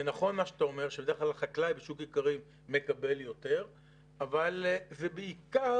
זה נכון מה שאתה אומר שהחקלאי בשוק האיכרים מקבל יותר אבל זה בעיקר,